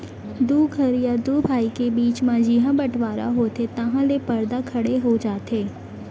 दू घर या दू भाई के बीच म जिहॉं बँटवारा होथे तहॉं ले परदा खड़े हो जाथे